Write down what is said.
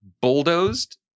bulldozed